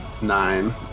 nine